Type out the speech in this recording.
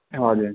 हजुर